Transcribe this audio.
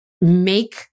make